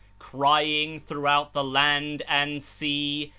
crying throughout the land and sea,